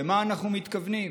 למה אנחנו מתכוונים?